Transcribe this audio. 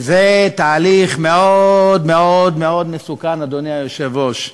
וזה תהליך מאוד מאוד מאוד מסוכן, אדוני היושב-ראש,